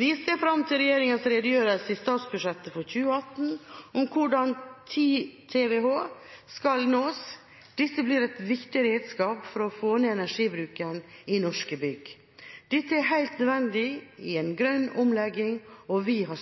Vi ser fram til regjeringas redegjørelse i statsbudsjettet for 2018 om hvordan 10 TWh skal nås. Dette blir et viktig redskap for å få ned energibruken i norske bygg. Dette er helt nødvendig i en grønn omlegging, og vi har